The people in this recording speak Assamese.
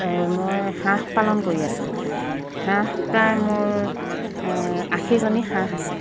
মই হাঁহ পালন কৰি আছোঁ হাঁহ প্ৰায় মোৰ আশীজনী হাঁহ আছে